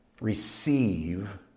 Receive